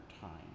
time